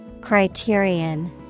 Criterion